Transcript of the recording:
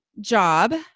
job